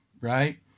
right